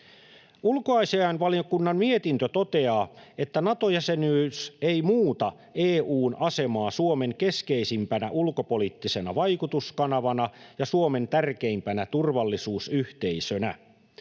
Ulkoasiainvaliokunnan mietintö toteaa, että Nato-jäsenyys ei muuta EU:n asemaa Suomen keskeisimpänä ulkopoliittisena vaikutuskanavana ja Suomen tärkeimpänä turvallisuusyhteisönä.